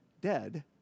dead